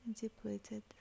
depleted